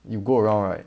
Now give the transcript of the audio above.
you go around right